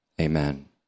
amen